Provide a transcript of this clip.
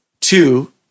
two